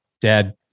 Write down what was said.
dad